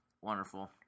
Wonderful